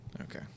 Okay